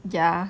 ya